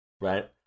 Right